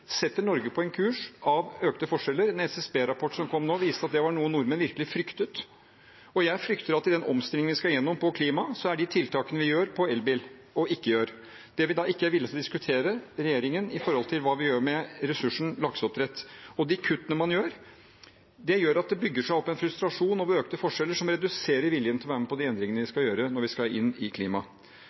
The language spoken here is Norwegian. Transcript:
setter Norge på en kurs av økte forskjeller. Den SSB-rapporten som kom nå, viste at det var noe nordmenn virkelig fryktet. Jeg frykter at i den omstillingen vi skal gjennom når det gjelder klima, gjelder de tiltakene vi gjør, og ikke gjør, på elbil. Regjeringen er ikke er villig til å diskutere hva vi gjør med ressursen lakseoppdrett. Og de kuttene man gjør, gjør at det bygger seg opp en frustrasjon over økte forskjeller, noe som reduserer viljen til å være med på de endringene vi skal gjøre